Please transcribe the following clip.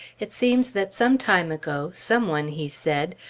it seems that some time ago, some one, he said,